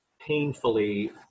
painfully